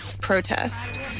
protest